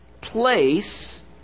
place